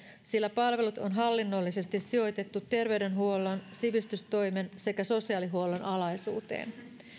sillä palvelut on hallinnollisesti sijoitettu terveydenhuollon sivistystoimen sekä sosiaalihuollon alaisuuteen